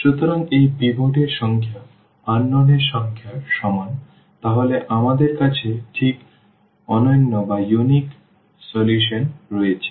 সুতরাং এই পিভট এর সংখ্যা অজানা এর সংখ্যার সমান তাহলে আমাদের কাছে ঠিক অনন্য সমাধান রয়েছে